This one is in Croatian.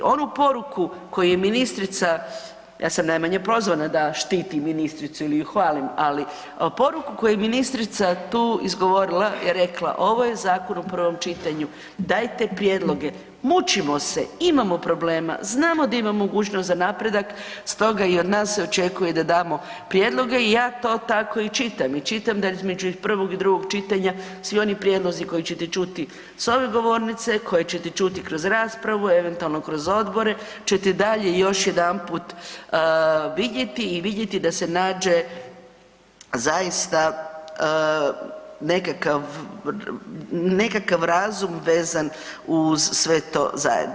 Onu poruku koju je ministrica, ja sam najmanje prozvana da štitim ministricu ili ju hvalim, ali poruku koju je ministrica tu izgovorila je rekla „ovo je zakon u prvom čitanju, dajte prijedloge, mučimo se, imamo problema, znamo da ima mogućnost za napredak“, stoga i od nas se očekuje da damo prijedloge i ja to tako i čitam i čitam da između prvog i drugog čitanja svi oni prijedlozi koje ćete čuti s ove govornice, koje ćete čuti kroz raspravu, eventualno kroz odbore ćete dalje još jedanput vidjeti i vidjeti da se nađe zaista nekakav, nekakav razum vezan uz sve to zajedno.